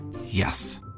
yes